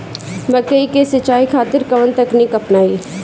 मकई के सिंचाई खातिर कवन तकनीक अपनाई?